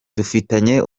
dufitanye